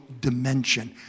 dimension